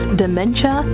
dementia